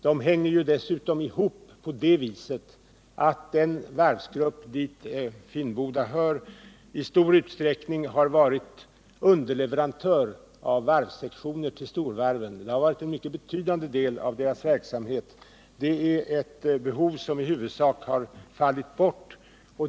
De hänger ju dessutom ihop på det viset att den varvsgrupp dit Finnboda hör i stor utsträckning har varit underleverantör av varvssektioner till storvarvet. Det har varit en mycket betydande del av deras verksamhet. Det behovet har i huvudsak fallit bort.